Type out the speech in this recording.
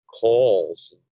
calls